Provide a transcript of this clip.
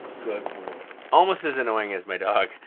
good boy. almost as annoying as my dog.